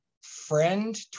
Friend